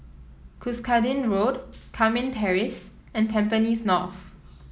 Cuscaden Road Carmen Terrace and Tampines North